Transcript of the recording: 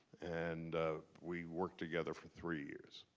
and we worked together for three years.